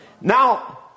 Now